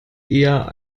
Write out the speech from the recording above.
eher